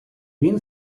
він